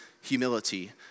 humility